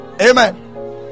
Amen